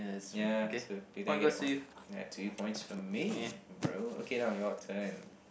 ya so do you think I get the point ya two points for me bro okay now your turn